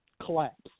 Collapse